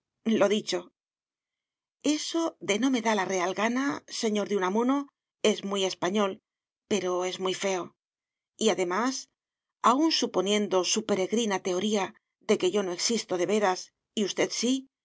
lo dicho eso de no me da la real gana señor de unamuno es muy español pero es muy feo y además aun suponiendo su peregrina teoría de que yo no existo de veras y usted sí de